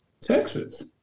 Texas